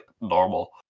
normal